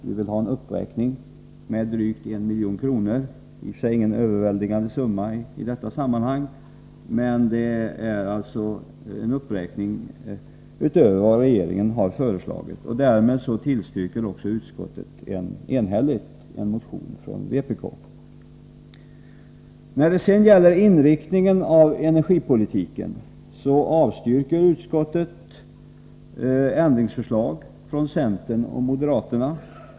Vi vill ha en uppräkning med drygt 1 milj.kr. Det är i och för sig ingen överväldigande summa i detta sammanhang, men det är alltså en uppräkning utöver vad regeringen har föreslagit. Därmed tillstyrker också utskottet enhälligt en motion från vpk. När det gäller inriktningen av energipolitiken avstyrker utskottet ändringsförslag från centern och moderaterna.